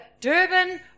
Durban